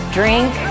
drink